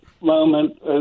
moment